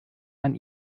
man